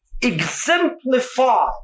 exemplify